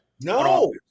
No